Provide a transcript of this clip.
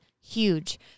Huge